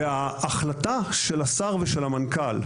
ההחלטה של השר ושל המנכ"ל,